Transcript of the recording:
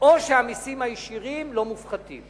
או שהמסים הישירים לא מופחתים